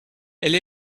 elle